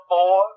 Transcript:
Four